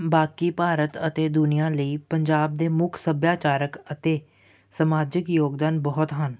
ਬਾਕੀ ਭਾਰਤ ਅਤੇ ਦੁਨੀਆਂ ਲਈ ਪੰਜਾਬ ਦੇ ਮੁੱਖ ਸੱਭਿਆਚਾਰਕ ਅਤੇ ਸਮਾਜਿਕ ਯੋਗਦਾਨ ਬਹੁਤ ਹਨ